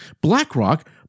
BlackRock